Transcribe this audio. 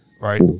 Right